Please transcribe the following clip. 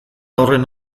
horren